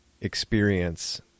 experience